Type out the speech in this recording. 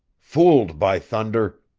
fooled, by thunder!